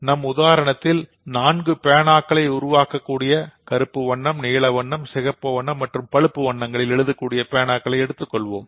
நம் உதாரணத்தில் 4 பேனாக்களை உருவாக்கக்கூடிய கருப்பு நீலம் சிகப்பு மற்றும் பழுப்பு வண்ணங்களில் எழுதக் கூடியது